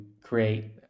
create